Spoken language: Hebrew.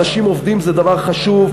אנשים עובדים זה דבר חשוב,